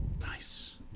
Nice